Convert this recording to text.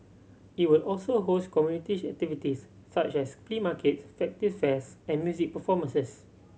it will also host community activities such as flea markets festive fairs and music performances